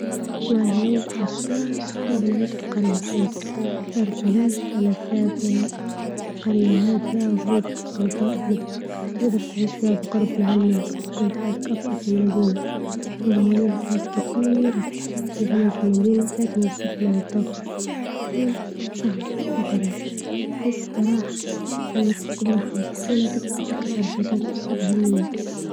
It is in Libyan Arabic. والله لو نختار نحب بنعيش في قرية صغيرة تعرف ليش؟ لإن الحياة في القرية هادئة وبعيدة عن ضوضاء المدن، تقدر تعيش فيها بقرب مع الناس، وتكون حياتك أبسط من مدينة رغم وجود فرص كثييييرة للعمل في المدينة، لكن الزحمة والضغط تكون صعبة، في القرية تحس براحة في القرية تحس براحة وسكينة تقدر تركز على حاجات أكثر أهمية.